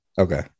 Okay